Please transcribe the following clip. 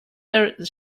their